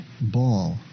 ball